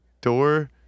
door